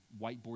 whiteboard